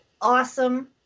awesome